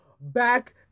back